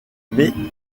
mais